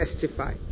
testify